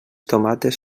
tomates